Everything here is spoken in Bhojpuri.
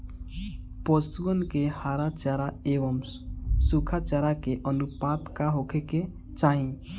पशुअन के हरा चरा एंव सुखा चारा के अनुपात का होखे के चाही?